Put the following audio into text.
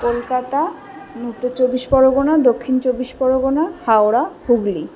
কলকাতা উত্তর চব্বিশ পরগনা দক্ষিণ চব্বিশ পরগনা হাওড়া হুগলি